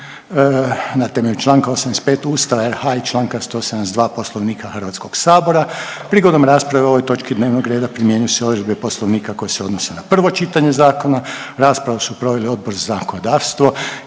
na temelju čl. 85. Ustava RH i čl. 172. Poslovnika HS-a. Prigodom rasprave o ovoj točki dnevnog reda primjenjuju se odredbe Poslovnika koje se odnose na prvo čitanje zakona. Raspravu su proveli Odbor za zakonodavstvo